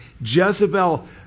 Jezebel